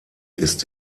ist